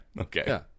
Okay